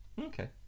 Okay